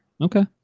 okay